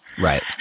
Right